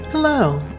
Hello